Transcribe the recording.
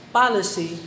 policy